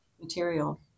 material